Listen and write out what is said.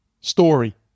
story